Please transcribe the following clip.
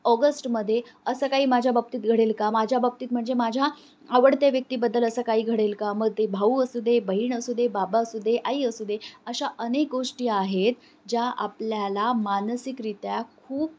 ऑगस्टमध्ये असं काही माझ्या बाबतीत घडेल का माझ्या बाबतीत म्हणजे माझ्या आवडत्या व्यक्तीबद्दल असं काही घडेल का मग ते भाऊ असू दे बहीण असू दे बाबा असू दे आई असू दे अशा अनेक गोष्टी आहेत ज्या आपल्याला मानसिकरित्या खूप